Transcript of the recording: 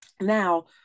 Now